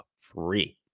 free